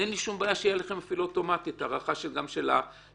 אין לי שום בעיה שיהיה לכם אפילו אוטומטית הארכה גם של ההתיישנות.